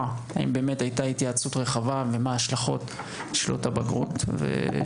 האם באמת הייתה התייעצות רחבה ומהן ההשלכות של אותה רפורמה.